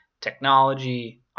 technology